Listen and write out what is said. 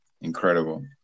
incredible